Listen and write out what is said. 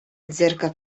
zerka